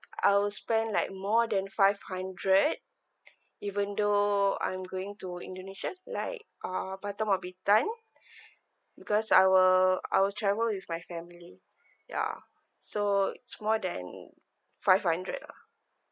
I will spend like more than five hundred even though I'm going to indonesia like uh bottom of bintam done because I will I will travel with my family ya so it's more than five hundred lah